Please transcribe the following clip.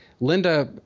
Linda